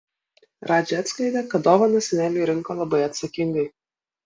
radži atskleidė kad dovaną seneliui rinko labai atsakingai